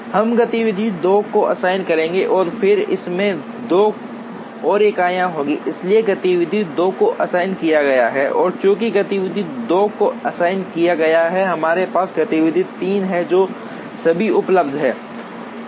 हम गतिविधि 2 को असाइन करेंगे और फिर इसमें 2 और इकाइयाँ होंगी इसलिए गतिविधि 2 को असाइन किया गया है और चूंकि गतिविधि 2 को असाइन किया गया है हमारे पास गतिविधि 3 है जो अभी उपलब्ध है